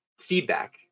feedback